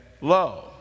low